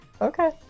Okay